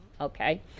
okay